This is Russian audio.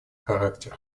характер